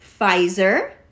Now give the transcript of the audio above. Pfizer